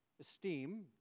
esteem